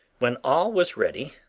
when all was ready,